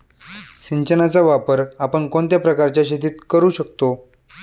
सिंचनाचा वापर आपण कोणत्या प्रकारच्या शेतीत करू शकतो?